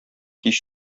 кич